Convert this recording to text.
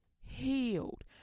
healed